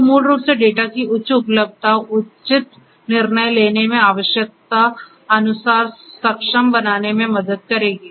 तो मूल रूप से डेटा की उच्च उपलब्धता उचित निर्णय लेने में आवश्यकता अनुसार सक्षम बनाने में मदद मिलेगी